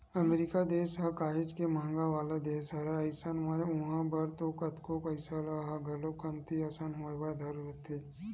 अमरीका देस ह काहेच के महंगा वाला देस हरय अइसन म उहाँ बर तो कतको पइसा ह घलोक कमती असन होय बर धरथे